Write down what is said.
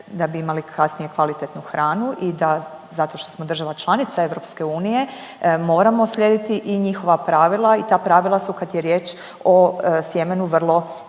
da bi imali kasnije kvalitetnu hranu i da zato što smo država članica EU moramo slijediti i njihova pravila i ta pravila su kad je riječ o sjemenu vrlo